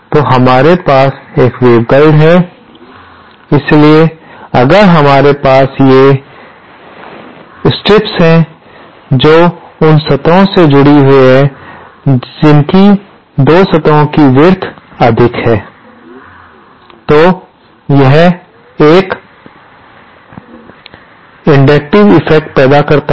तो हमारे पास वेवगाइड है इसलिए अगर हमारे पास ये पट्टीया हैं जो उन सतहों से जुड़ी हुई है जिनकी 2 सतहों की विड्थ अधिक है तो यह एक इंडकटिव इफेक्ट पैदा करता है